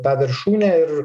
tą viršūnę ir